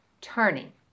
turning